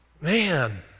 Man